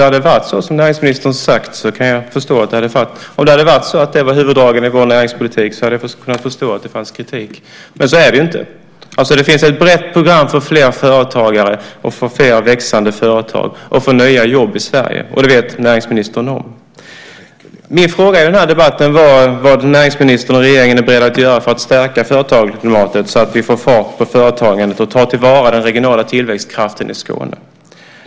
Herr talman! Om det hade varit huvuddragen i vår näringspolitik hade jag förstått att det finns kritik. Men så är det inte. Det finns ett brett program för fler företagare, för fler växande företag och för nya jobb i Sverige. Det vet näringsministern. Min fråga i den här debatten gällde vad näringsministern och regeringen är beredd att göra för att stärka företagsklimatet så att vi får fart på företagen och tar till vara den regionala tillväxtkraften i Skåne.